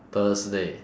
thursday